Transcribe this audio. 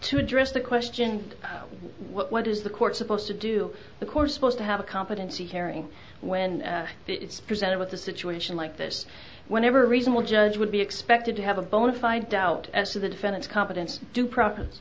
to address the question what is the court supposed to do the course supposed to have a competency carrying when it's presented with a situation like this whenever reasonable judge would be expected to have a bonafide doubt as to the defendant's competence do pro